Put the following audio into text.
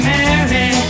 Mary